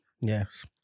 Yes